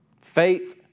Faith